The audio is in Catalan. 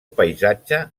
paisatge